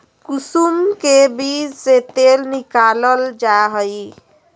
कुसुम के बीज से तेल निकालल जा हइ